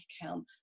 account